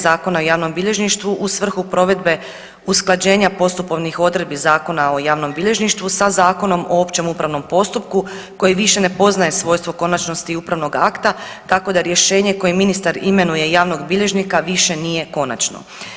Zakona o javnom bilježništvu u svrhu provedbe usklađenja postupovnih odredbi Zakona o javnom bilježništvu sa Zakonom o općem upravnom postupku koji više ne poznaje svojstvo konačnosti upravnog akta tako da rješenje kojem ministar imenuje javnog bilježnika više nije konačno.